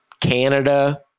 canada